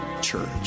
church